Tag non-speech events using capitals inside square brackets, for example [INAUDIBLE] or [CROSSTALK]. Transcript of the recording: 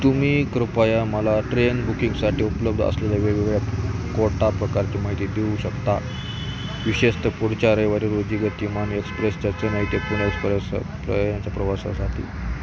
तुम्ही कृपया मला ट्रेन बुकिंगसाठी उपलब्ध असलेल्या वेगवेगळ्या कोटा प्रकारची माहिती देऊ शकता विशेषतः पुढच्या रविवारी रोजी गतिमान एक्सप्रेसच्या चेन्नई ते पुण्याचं परस [UNINTELLIGIBLE] प्रवासासाठी